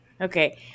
Okay